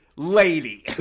Lady